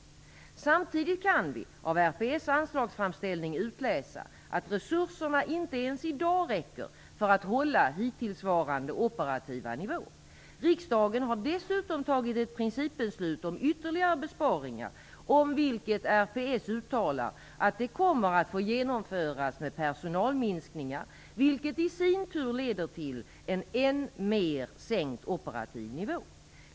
Samtidigt kan vi av RPS anslagsframställning utläsa att resurserna inte ens i dag räcker för att hålla hittillsvarande operativa nivå. Riksdagen har dessutom fattat ett principbeslut om ytterligare besparingar. RPS uttalar att de kommer att få genomföras med personalminskningar, vilket i sin tur leder till en än mer sänkt operativ nivå.